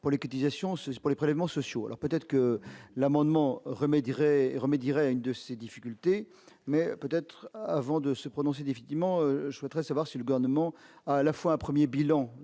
pour les prélèvements sociaux, alors peut-être que l'amendement remet dirait remet une de ses difficultés, mais peut-être avant de se prononcer définitivement, je souhaiterais savoir si le gouvernement à la fois un 1er bilan